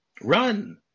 run